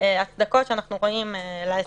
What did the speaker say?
ההצדקות שאנחנו רואים להסדר הזה.